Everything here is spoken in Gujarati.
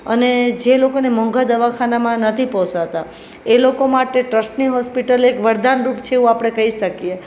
અને જે લોકોને મોંઘા દવાખાનામાં નથી પોસાતા એ લોકો માટે ટ્રસ્ટની હોસ્પિટલ એક વરદાન રૂપ છે એવું આપણે કઈ શકીએ